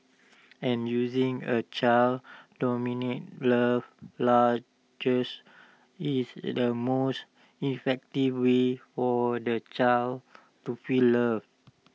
and using A child's dominant love larges is the most effective way for the child to feel loved